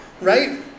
Right